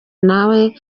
nawe